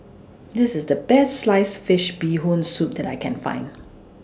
This IS The Best Sliced Fish Bee Hoon Soup that I Can Find